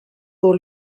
pour